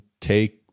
take